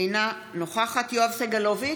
אינה נוכחת יואב סגלוביץ'